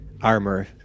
armor